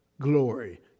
glory